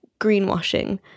greenwashing